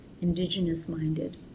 Indigenous-minded